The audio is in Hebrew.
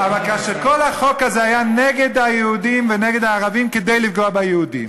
אבל כאשר כל החוק הזה היה נגד היהודים ונגד הערבים כדי לפגוע ביהודים,